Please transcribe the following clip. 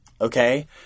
okay